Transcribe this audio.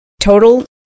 Total